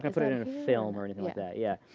put it in a film or anything like that. yeah.